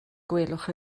gwelwch